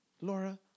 Laura